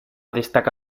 destaca